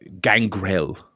Gangrel